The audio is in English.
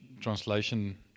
translation